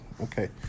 okay